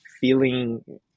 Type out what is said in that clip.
feeling